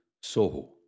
Soho